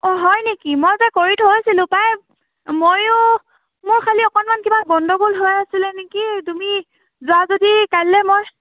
অ হয়নেকি মই যে কৰি থৈছিলোঁ পাই মইও মোৰ খালি অকণমান কিবা গণ্ডগোল হৈ আছিলে নেকি তুমি যোৱা যদি কাইলৈ মই